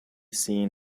seen